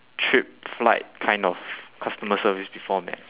trip flight kind of customer service before man